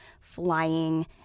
flying